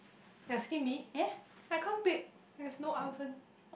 you asking me I can't bake with no oven